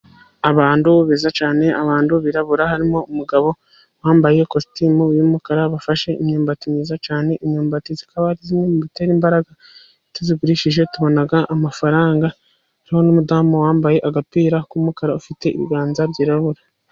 Abantu beza cyane, abantu birabura, harimo umugabo wambaye ikositimu y'umukara, bafashe imyumbati myiza cyane. Imyumbati ikaba iri mu bitera imbaraga, tuyigurishije tubona amafaranga. Hariho n’umudamu wambaye agapira k'umukara, ufite ibiganza byirabura.